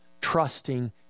trusting